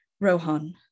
Rohan